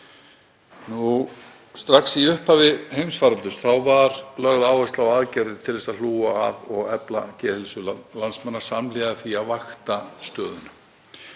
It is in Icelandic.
Strax í upphafi heimsfaraldurs var lögð áhersla á aðgerðir til að hlúa að og efla geðheilsu landsmanna samhliða því að vakta stöðuna.